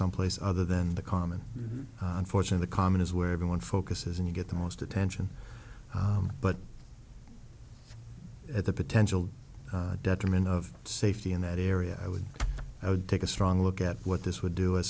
someplace other than the common good fortune the common is where everyone focuses and you get the most attention but at the potential detriment of safety in that area i would i would take a strong look at what this would do if